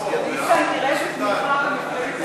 סעיף 1 נתקבל.